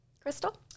Crystal